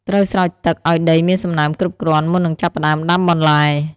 ត្រូវស្រោចទឹកឱ្យដីមានសំណើមគ្រប់គ្រាន់ មុននឹងចាប់ផ្តើមដាំបន្លែ។